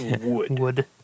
Wood